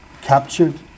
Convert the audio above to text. captured